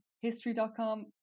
history.com